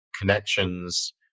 connections